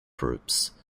groups